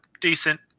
decent